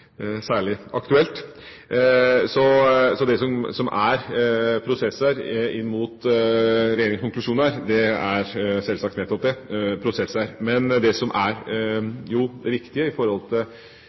Det som er prosesser inn mot regjeringas konklusjoner, er sjølsagt nettopp det, prosesser. Men det som jo er